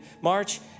March